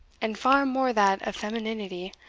and far more that of feminity,